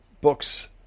books